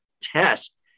test